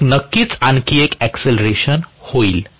मग नक्कीच आणखी एक एकसिलरेशन होईल